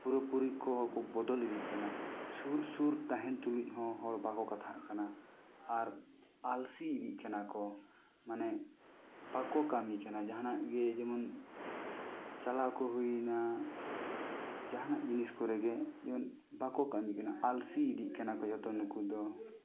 ᱯᱩᱨᱟᱹ ᱯᱩᱨᱤ ᱠᱚ ᱵᱚᱫᱚᱞ ᱤᱫᱤᱜ ᱠᱟᱱᱟ ᱥᱩᱨ ᱥᱩᱨ ᱛᱟᱦᱮᱱ ᱛᱩᱞᱩᱡ ᱦᱚᱸ ᱦᱚᱲ ᱵᱟᱠᱚ ᱠᱟᱛᱷᱟ ᱠᱟᱱᱟ ᱟᱨ ᱟᱞᱥᱤ ᱤᱫᱤᱜ ᱠᱟᱱᱟ ᱠᱚ ᱢᱟᱱᱮ ᱵᱟᱠᱚ ᱠᱟᱹᱢᱤ ᱠᱟᱱᱟ ᱡᱟᱦᱟᱸ ᱱᱟᱜ ᱜᱮ ᱡᱮᱢᱚᱱ ᱪᱟᱞᱟᱣ ᱠᱚ ᱦᱩᱭᱮᱱᱟ ᱡᱟᱦᱟᱸ ᱱᱟᱜ ᱡᱤᱱᱤᱥ ᱠᱚᱨᱮ ᱜᱮ ᱡᱮᱢᱚᱱ ᱵᱟᱠᱚ ᱠᱟᱹᱢᱤ ᱠᱟᱱᱟ ᱟᱞᱥᱤ ᱤᱫᱤᱜ ᱠᱟᱱᱟ ᱠᱚ ᱡᱚᱛᱚ ᱱᱩᱠᱩ ᱫᱚ